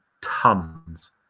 tons